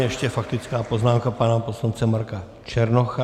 Ještě faktická poznámka pana poslance Marka Černocha.